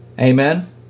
Amen